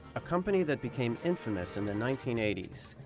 a company that became infamous in the nineteen eighty s.